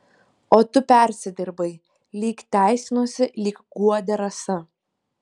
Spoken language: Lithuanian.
o tu persidirbai lyg teisinosi lyg guodė rasa